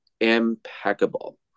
impeccable